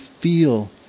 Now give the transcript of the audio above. feel